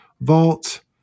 Vault